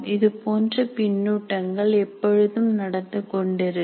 இதுபோன்ற பின்னூட்டங்கள் எப்பொழுதும் நடந்து கொண்டிருக்கும்